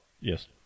Yes